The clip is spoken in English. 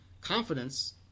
confidence